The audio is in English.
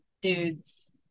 dudes